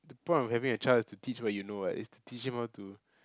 the point of having a child is to teach what you know what is to teach him how to